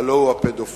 הלוא הוא הפדופיל,